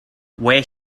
where